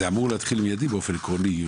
זה אמור להתחיל באופן מידי באופן עקרוני,